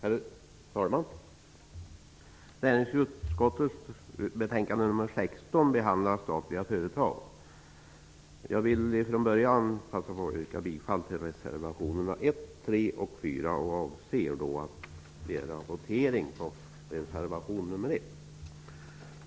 Herr talman! Näringsutskottets betänkande nr 16 behandlar statliga företag. Jag vill börja med att yrka bifall till reservationerna 1, 3 och 4. Jag avser att begära votering på reservation nr 1.